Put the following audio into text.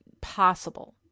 possible